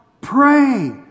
pray